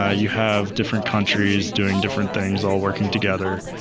ah you have different countries doing different things all working together.